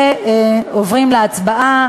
ועוברים להצבעה.